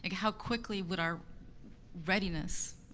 how quickly would our readiness